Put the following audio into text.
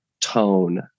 tone